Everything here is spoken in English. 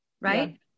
right